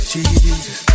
Jesus